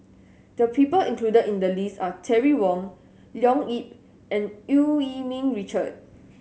the people included in the list are Terry Wong Leo Yip and Eu Yee Ming Richard